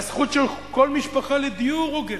הזכות של כל משפחה לדיור הוגן,